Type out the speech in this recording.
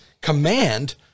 command